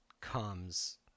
comes